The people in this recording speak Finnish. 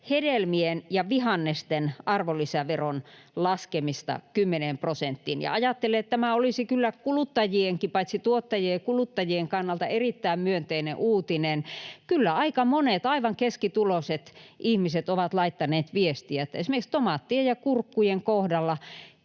hedelmien ja vihannesten arvonlisäveron laskemista kymmeneen prosenttiin. Ajattelen, että tämä olisi kyllä kuluttajienkin kannalta, paitsi tuottajien myös kuluttajien kannalta, erittäin myönteinen uutinen. Kyllä aika monet aivan keskituloiset ihmiset ovat laittaneet viestiä, että esimerkiksi tomaattien ja kurkkujen kohdalla